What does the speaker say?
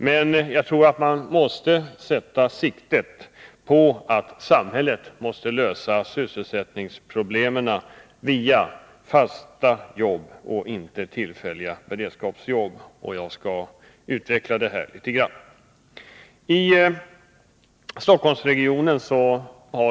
Men jag tror ändå att man måste ha siktet inställt på att samhället skall lösa sysselsättningsproblemen via fasta jobb och inte med hjälp av tillfälliga beredskapsjobb, och jag skall utveckla det litet grand.